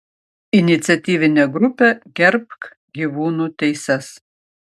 iniciatyvinė grupė gerbk gyvūnų teises